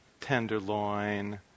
tenderloin